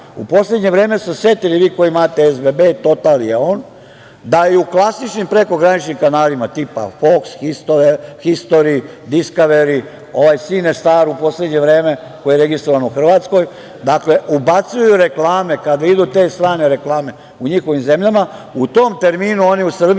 U poslednje vreme se setili, vi koji imate SBB, Total i EON da i u klasičnim prekograničnim kanalima tipa Foks, Histori, Diskaveri, Sinestar u poslednje vreme, koji je registrovan u Hrvatskoj, dakle, ubacuju reklame kada idu te strane reklame u njihovim zemljama, u tom terminu oni u Srbiji